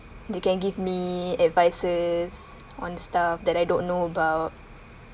they can give me advices on stuff that I don't know about